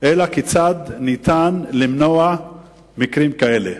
אלא כיצד ניתן למנוע מקרים כאלה.